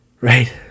Right